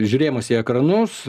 žiūrėjimas į ekranus